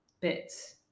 bits